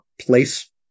place